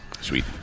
Sweet